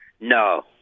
No